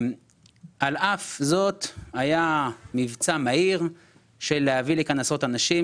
על אף זאת היה מבצע מהיר של להביא לכאן עשרות אנשים,